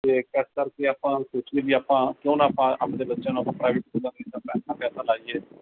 ਅਤੇ ਇਸ ਕਰਕੇ ਆਪਾਂ ਸੋਚੀਏ ਵੀ ਆਪਾਂ ਕਿਉਂ ਨਾ ਆਪਾਂ ਆਪਣੇ ਬੱਚਿਆਂ ਨੂੰ ਆਪਾਂ ਪ੍ਰਾਈਵੇਟ ਸਕੂਲਾਂ ਪੈਸਾ ਲਾਈਏ